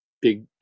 big